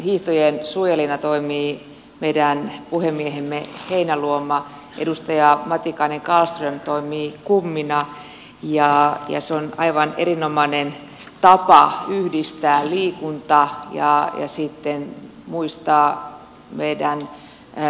hiihtojen suojelijana toimii meidän puhemiehemme heinäluoma edustaja matikainen kallström toimii kummina ja ne ovat aivan erinomainen tapa yhdistää liikunta ja sitten muistaa meidän historiaamme